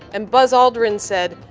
and buzz aldrin said,